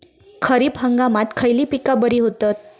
खरीप हंगामात खयली पीका बरी होतत?